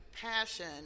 Passion